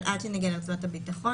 אבל עד שנגיע לרצועת הביטחון,